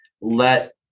let